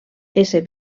ésser